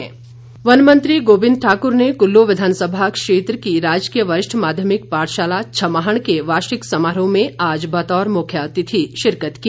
गोविंद ठाकुर वन मंत्री गोविंद ठाकुर ने कुल्लू विधानसभा क्षेत्र की राजकीय वरिष्ठ माध्यमिक पाठशाला छमाहण के वार्षिक समारोह में आज बतौर मुख्यातिथि शिरकत की